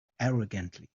arrogantly